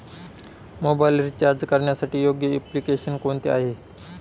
Mobile recharge करण्यासाठी योग्य application कोणते आहे?